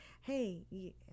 hey